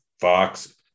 Fox